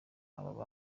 aba